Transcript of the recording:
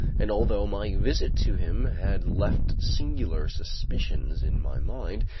and although my visit to him had left singular suspicions in my mind,